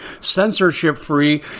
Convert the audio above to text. censorship-free